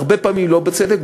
הרבה פעמים לא בצדק.